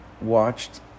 watched